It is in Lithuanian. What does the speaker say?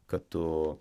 kad tu